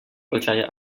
percaya